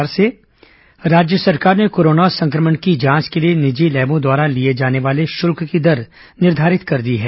corona जांच दर राज्य सरकार ने कोरोना संक्रमण की जांच के लिए निजी लैबों द्वारा लिए जाने वाले शुल्क की दर निर्धारित कर दी है